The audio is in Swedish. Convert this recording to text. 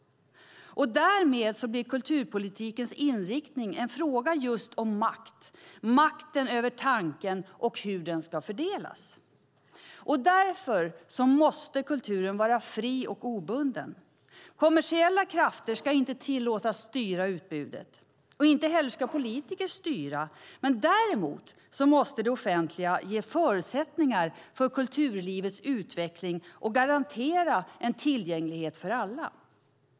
Därmed blir kulturpolitikens inriktning en fråga just om makt - makten över tanken och hur den ska fördelas. Därför måste kulturen vara fri och obunden. Kommersiella krafter ska inte tillåtas styra utbudet. Inte heller ska politiker styra. Däremot måste det offentliga ge förutsättningar för kulturlivets utveckling och garantera tillgänglighet för alla.